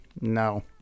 No